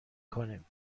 کنیم